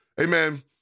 amen